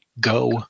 go